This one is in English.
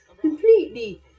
completely